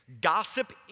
Gossip